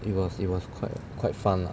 it was it was quite quite fun lah